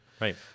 right